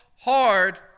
hard